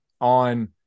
on